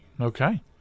Okay